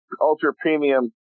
ultra-premium